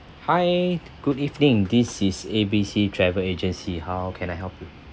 hi good evening this is A B C travel agency how can I help you